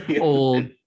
old